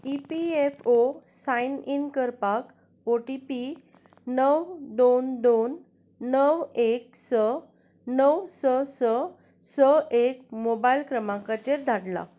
EPFO sign in करपाक OTP णव दोन दोन णव एक स णव स स स एक मोबायल क्रमांकाचेर धाडला